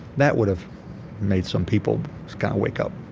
that would've made some people kind of wake up.